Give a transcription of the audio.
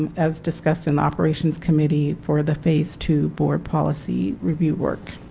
as discussed and operations committee for the phase two board policy rework.